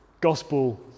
gospel